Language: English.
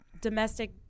domestic